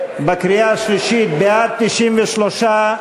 בקריאה השלישית: בעד, 93,